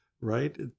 right